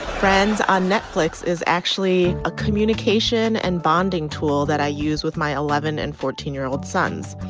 friends on netflix is actually a communication and bonding tool that i use with my eleven and fourteen year old sons.